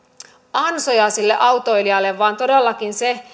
ansoja sille autoilijalle vaan todellakin se